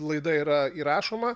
laida yra įrašoma